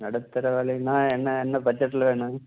நடுத்தர விலைன்னா என்ன என்ன பட்ஜெட்டில் வேணும்